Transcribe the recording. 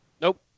Nope